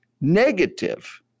negative